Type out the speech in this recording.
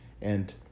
and